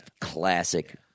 classic